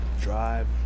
drive